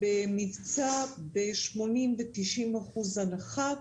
במבצע של 80% - 90% הנחה.